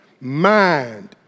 Mind